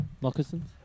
Moccasins